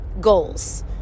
goals